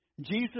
Jesus